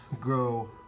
grow